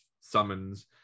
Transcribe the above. summons